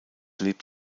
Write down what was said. lebt